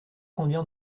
conduire